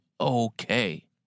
okay